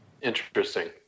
Interesting